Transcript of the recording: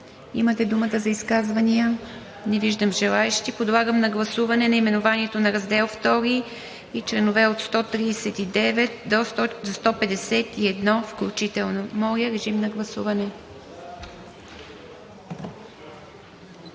Имате думата за изказвания. Не виждам желаещи. Подлагам на гласуване наименованието на Раздел II и членове от 139 до 151 включително. Гласували